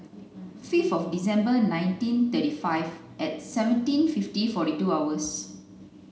fifith December nineteen thirty five at seventeen fifty forty two hours